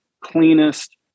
cleanest